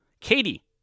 Katie